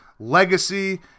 legacy